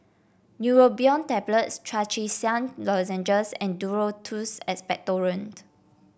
Neurobion Tablets Trachisan Lozenges and Duro Tuss Expectorant